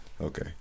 Okay